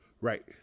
Right